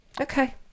okay